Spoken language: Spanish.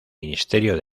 ministerio